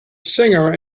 singer